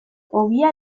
ogia